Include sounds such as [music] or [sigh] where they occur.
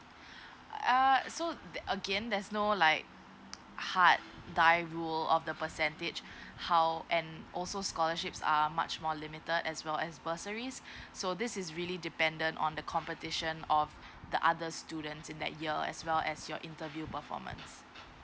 [breath] err so again there's no like hard die rule of the percentage how and also scholarships are much more limited as well as bursaries so this is really dependent on the competition of the other students in that year as well as your interview performance